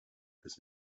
this